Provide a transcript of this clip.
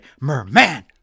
Merman